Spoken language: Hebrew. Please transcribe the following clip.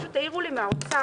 פשוט העירו לי מהאוצר,